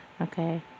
Okay